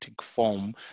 form